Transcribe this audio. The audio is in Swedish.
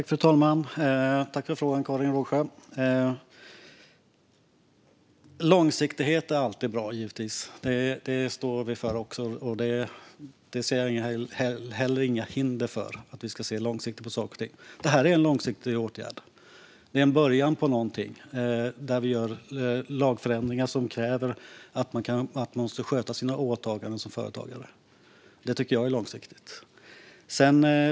Fru talman! Tack för frågan, Karin Rågsjö! Långsiktighet är givetvis alltid bra. Det står också vi för. Jag ser heller inga hinder för att vi ska se långsiktigt på saker och ting. Det här är en långsiktig åtgärd. Det är en början på någonting där vi gör lagförändringar som kräver att man ska sköta sina åtaganden som företagare. Det tycker jag är långsiktigt.